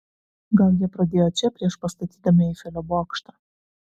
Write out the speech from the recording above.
gal jie pradėjo čia prieš pastatydami eifelio bokštą